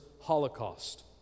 Holocaust